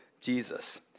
jesus